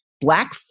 Black